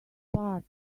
part